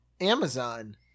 Amazon